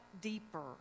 deeper